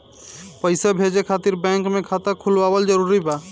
पईसा भेजे खातिर बैंक मे खाता खुलवाअल जरूरी बा?